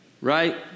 Right